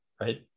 right